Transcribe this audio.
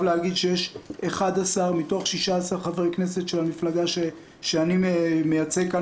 לומר שיש 11 מתוך 16 חברי כנסת של המפלגה שאני מייצג כאן